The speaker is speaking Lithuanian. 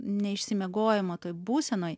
neišsimiegojimo toj būsenoj